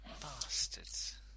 Bastards